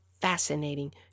fascinating